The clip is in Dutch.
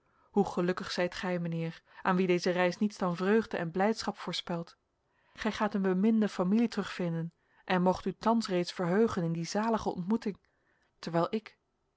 hoe gelukkig zijt gij mijnheer aan wien deze reis niets dan vreugde en blijdschap voorspelt gij gaat een beminde familie terugvinden en moogt u thans reeds verheugen in die zalige ontmoeting terwijl ik